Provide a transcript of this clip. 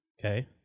okay